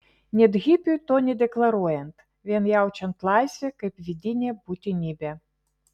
net hipiui to nedeklaruojant vien jaučiant laisvę kaip vidinę būtinybę